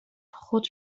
خود